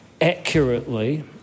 accurately